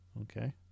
okay